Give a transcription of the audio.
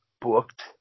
booked